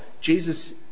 Jesus